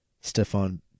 Stefan